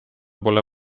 pole